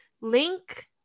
link